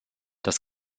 das